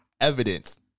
evidence